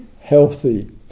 healthy